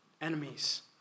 enemies